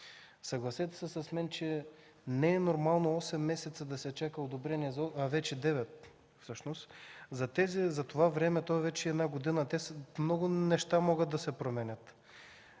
Съгласете се с мен, че не е нормално 8 месеца да се чака одобрение, а вече и 9 всъщност. За това време, то е вече една година, много неща могат да се променят.